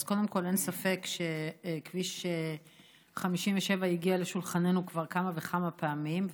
אז קודם כול אין ספק שכביש 57 הגיע לשולחננו כבר כמה וכמה פעמים,